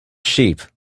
sheep